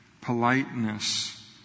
Politeness